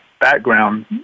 background